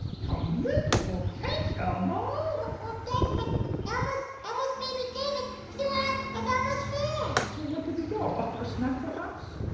commendable catch elmo. well ah thanks but elmo's elmo's baby david flew out of elmo's hands. well where did he go? off for a snack perhaps?